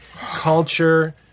Culture